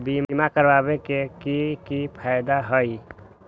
बीमा करबाबे के कि कि फायदा हई?